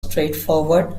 straightforward